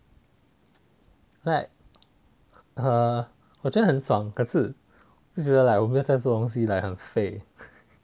like err 我觉得很爽可是觉得 like 我没有在做东西 like 很废